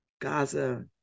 Gaza